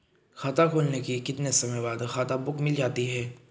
खाता खुलने के कितने समय बाद खाता बुक मिल जाती है?